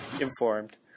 informed